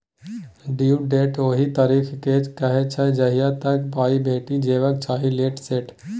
due date ओहि तारीख केँ कहय छै जहिया तक पाइ भेटि जेबाक चाही लेट सेट